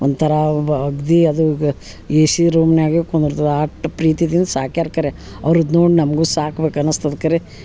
ಒಂಥರ ಬ ಅಗ್ದಿ ಅದುಗ ಏಶಿ ರೂಮ್ನ್ಯಾಗೆ ಕುಂದಿರ್ತದ ಅಟ್ ಪ್ರೀತಿದಿಂದ ಸಾಕ್ಯರ ಕರೆ ಅವ್ರುದು ನೋಡಿ ನಮಗೂ ಸಾಕ್ಬೇಕು ಅನಸ್ತದ ಕರೆ